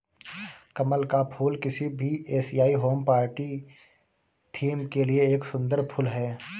कमल का फूल किसी भी एशियाई होम पार्टी थीम के लिए एक सुंदर फुल है